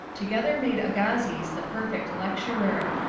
together made agassiz the perfect lecturer.